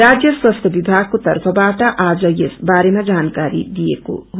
राज्य स्वास्थ्य विभागको तर्फबाट शुक्रबार यस बारेमा जानकारी दिएको हो